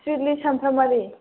सिडलि सामथाइबारि